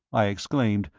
i exclaimed.